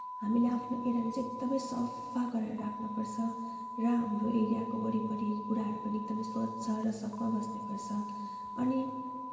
हामीले आफ्नो एरियालाई चाहिँ एकदमै सफा गरेर राख्न पर्छ र हाम्रो एरियाको वरिपरि कुराहरू पनि एकदमै स्वच्छ र सफा बस्ने गर्छ अनि